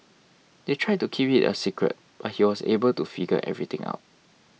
they tried to keep it a secret but he was able to figure everything out